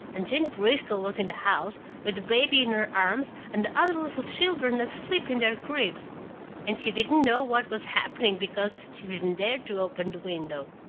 and jane bristol was in the house, with the baby in her arms and the other little children asleep in their cribs and she didn't know what was happening because she didn't dare to open the window.